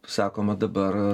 sakoma dabar